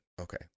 Okay